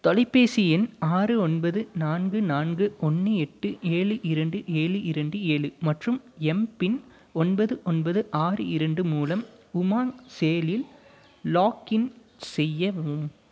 தொலைபேசி எண் ஆறு ஒன்பது நான்கு நான்கு ஒன்று எட்டு ஏழு இரண்டு ஏழு இரண்டு ஏழு மற்றும் எம்பின் ஒன்பது ஒன்பது ஆறு இரண்டு மூலம் உமாங் செயலியில் லாக்இன் செய்யவும்